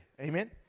Amen